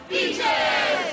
Beaches